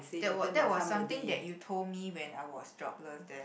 that were that was something that you told me when I was jobless then